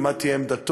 ומה תהיה עמדתו,